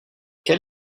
quel